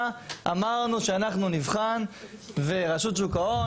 אמרנו שאנחנו נבחן ורשות שוק ההון,